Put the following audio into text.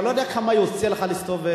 אני לא יודע כמה יוצא לך להסתובב.